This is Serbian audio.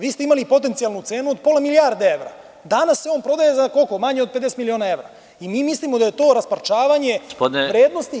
Vi ste imali potencijalnu cenu od pola milijarde evra, danas se on prodaje za, koliko, manje 50 miliona evra i mi mislimo da je to rasparčavanje vrednosti…